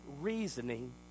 reasoning